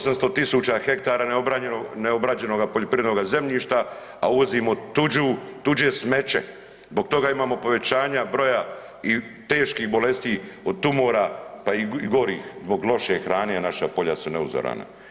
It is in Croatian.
800.000 hektara neobrađenoga poljoprivrednoga zemljišta, a uvozimo tuđu, tuđe smeće zbog toga imamo povećanja broja i teških bolesti od tumora pa i gorih, zbog loše hrane, a naša polja su neuzorana.